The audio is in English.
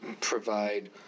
provide